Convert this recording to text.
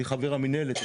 אני חבר המינהלת.